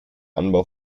anbau